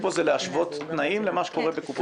בנובמבר אישרה הכנסת חוק